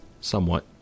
somewhat